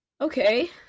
Okay